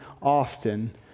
often